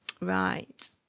right